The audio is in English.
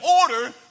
order